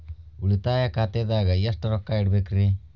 ಉಳಿತಾಯ ಖಾತೆದಾಗ ಎಷ್ಟ ರೊಕ್ಕ ಇಡಬೇಕ್ರಿ?